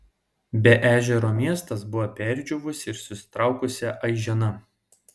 be ežero miestas buvo perdžiūvusi ir susitraukusi aižena